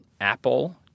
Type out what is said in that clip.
Apple